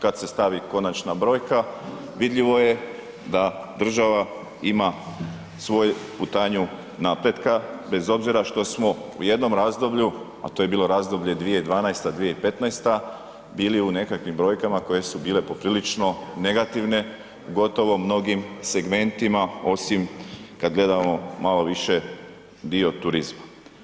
Kad se stavi konačna brojka vidljivo je da država ima svoju putanju napretka bez obzira što smo u jednom razdoblju a to je bilo razdoblje 2012./2015. bili u nekakvim brojkama koje su bile poprilično negativno gotovo mnogim segmentima osim kad gledamo malo više dio turizma.